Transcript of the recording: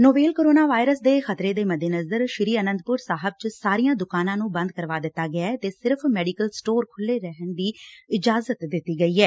novel corona virus ਦੇ ਖ਼ਤਰੇ ਦੇ ਮੱਦੇਨਜ਼ਰ ਸ੍ਰੀ ਆਨੰਦਪੁਰ ਸਾਹਿਬ ਚ ਸਾਰੀਆਂ ਦੁਕਾਨਾਂ ਨੂੰ ਬੰਦ ਕਰਵਾ ਦਿੱਤਾ ਗਿਐ ਤੇ ਸਿਰਫ਼ ਮੈਡੀਕਲ ਸਟੋਰ ਖੁੱਲ੍ਹੇ ਰੱਖਣ ਦੀ ਇਜਾਜ਼ਤ ਦਿੱਤੀ ਗਈ ਐ